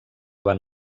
van